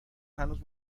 هنوز